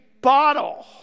bottle